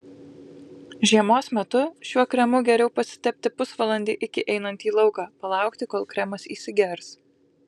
žiemos metu šiuo kremu geriau pasitepti pusvalandį iki einant į lauką palaukti kol kremas įsigers